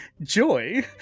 joy